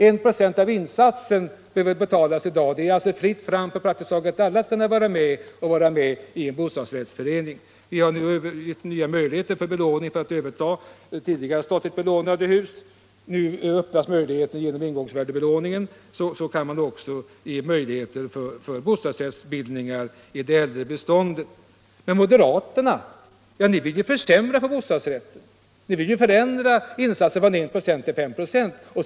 1 96 av insatsen behöver bara betalas i dag. Det är alltså fritt fram för praktiskt taget alla att vara med i en bostadsrättsförening. Vi har skapat nya möjligheter när det gäller lån för att överta tidigare statligt belånade hus. Nu öppnas möjligheten, genom ingångsvärdebelåning, till bostadsrättsbildningar i det äldre beståndet. Men moderaterna vill förändra insatsen från 1 96 till 5 96.